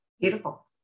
beautiful